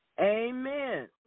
Amen